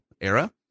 era